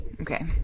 Okay